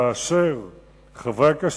חברי הכנסת,